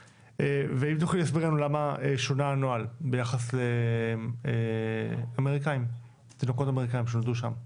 האם תוכלי להסביר לנו למה שונה הנוהל ביחס לתינוקות אמריקאים שנולדו שם?